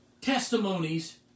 testimonies